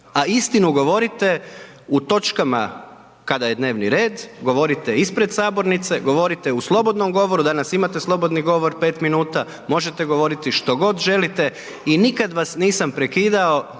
a istinu govorite u točkama kada je dnevni red, govorite ispred sabornice, govorite u slobodnom govoru, danas imate slobodni govor 5 minuta, možete govoriti što god želite i nikad vas nisam prekidao